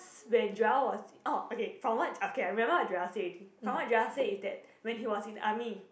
when Joel was oh okay from what okay I remember Joel say from what Joel say is that when he was in army